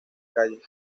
calles